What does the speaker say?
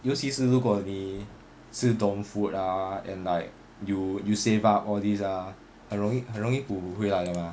尤其是如果你吃 dorm food ah and like you you saved up all these ah 很容易很容易补回来的吗